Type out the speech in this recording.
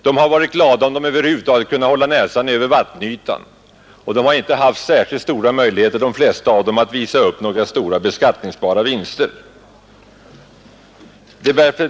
De har varit glada om de över huvud taget kunnat hålla näsan över vattenytan, och de flesta av dem har inte haft särskilt stora möjligheter att visa upp några stora beskattningsbara vinster.